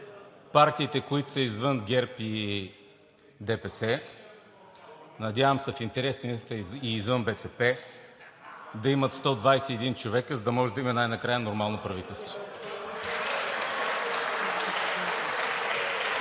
партиите, които са извън ГЕРБ и ДПС, надявам се – в интерес на истината, и извън БСП, да имат 121 човека, за да може да имаме най-накрая нормално правителство.